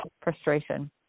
frustration